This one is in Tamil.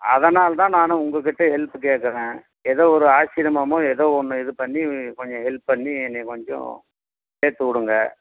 அதனால் தான் நானும் உங்கள் கிட்ட ஹெல்ப்பு கேட்கறேன் ஏதோ ஒரு ஆச்சிரியமாமோ ஏதோ ஒன்று இது பண்ணி கொஞ்சம் ஹெல்ப் பண்ணி என்னையை கொஞ்சம் சேர்த்துவுடுங்க